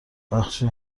بخشی